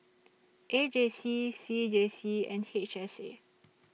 A J C C J C and H S A